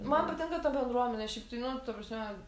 man patinka ta bendruomenė šiaip tai nu ta prasme